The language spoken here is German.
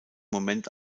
moment